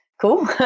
Cool